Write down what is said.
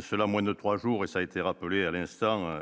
Seul à moins de 3 jours et ça a été rappelé à l'instant,